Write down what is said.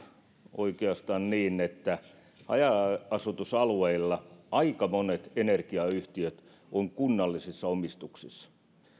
oikeastaan niin että haja asutusalueilla aika monet energiayhtiöt ovat kunnallisessa omistuksessa